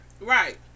Right